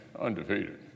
undefeated